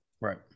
right